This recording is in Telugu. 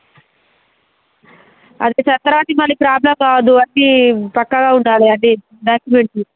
అదే చెప్పరా అది మళ్ళీ ప్రాబ్లమ్ కాదు అది చక్కగా ఉంటాది కాబట్టి డాక్యుమెంట్సు